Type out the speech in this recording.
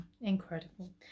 incredible